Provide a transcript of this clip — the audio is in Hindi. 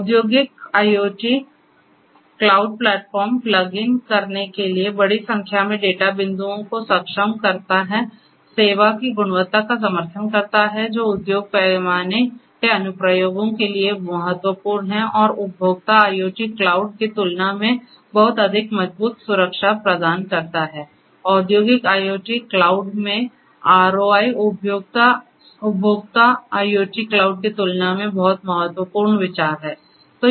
औद्योगिक IoT cloud platform plug in करने के लिए बड़ी संख्या में डेटा बिंदुओं को सक्षम करता है सेवा की गुणवत्ता का समर्थन करता है जो उद्योग पैमाने के अनुप्रयोगों के लिए बहुत महत्वपूर्ण है और उपभोक्ता IoT क्लाउड की तुलना में बहुत अधिक मजबूत सुरक्षा प्रदान करता है औद्योगिक IoT क्लाउड में ROI उपभोक्ता IoT क्लाउड की तुलना में बहुत महत्वपूर्ण विचार है